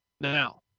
now